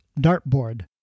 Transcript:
dartboard